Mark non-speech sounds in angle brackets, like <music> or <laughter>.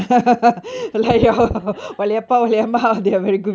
<laughs>